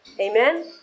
Amen